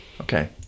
Okay